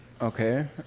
Okay